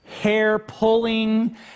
hair-pulling